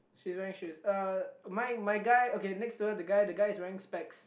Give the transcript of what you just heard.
she's wearing shoes uh my my guy okay next to her the guy the guy is wearing specs she's wearing shoes